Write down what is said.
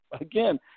again